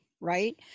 right